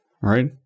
right